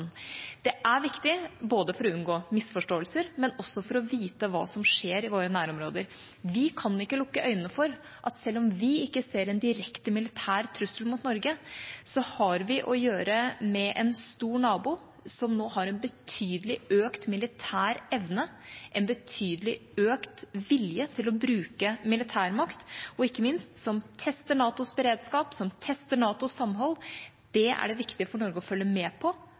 Det er viktig både for å unngå misforståelser og også for å vite hva som skjer i våre nærområder. Vi kan ikke lukke øynene for at selv om vi ikke ser en direkte militær trussel mot Norge, så har vi å gjøre med en stor nabo som nå har en betydelig økt militær evne, en betydelig økt vilje til å bruke militærmakt, og som ikke minst tester NATOs beredskap, som tester NATOs samhold. Det er det viktig for Norge å følge med på